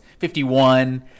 51